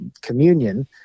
communion